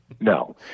No